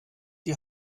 die